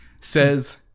says